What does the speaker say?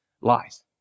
lies